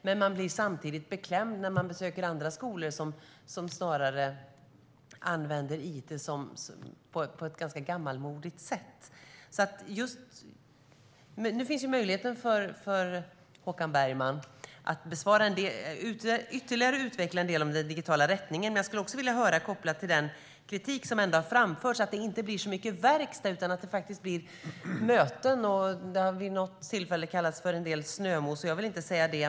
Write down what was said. Men man blir samtidigt beklämd när man besöker andra skolor som snarare använder it på ett ganska gammalmodigt sätt. Nu finns möjligheten för Håkan Bergman att ytterligare utveckla en del om den digitala rättningen. Men jag skulle också vilja höra något om det som är kopplat till den kritik som har framförts om att det inte blir så mycket verkstad utan att det blir möten. Det har vid något tillfälle kallats för en del snömos. Jag vill inte säga det.